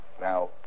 Now